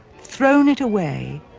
thrown it away,